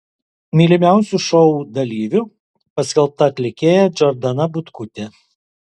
mylimiausiu šou dalyviu paskelbta atlikėja džordana butkutė